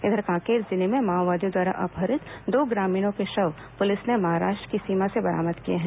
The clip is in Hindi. इधर कांकेर जिले से माओवादियों द्वारा अपहित दो ग्रामीणों के शव पुलिस ने महाराष्ट्र की सीमा से बरामद किए हैं